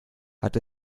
hat